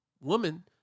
woman